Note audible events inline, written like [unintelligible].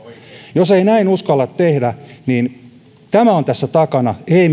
jos ei näin uskalla tehdä tämä on tässä takana ei [unintelligible]